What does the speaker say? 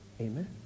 Amen